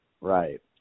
Right